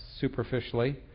superficially